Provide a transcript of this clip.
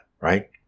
right